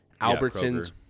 Albertsons